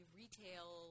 retail